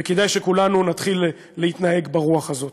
וכדאי שכולנו נתחיל להתנהג ברוח הזאת.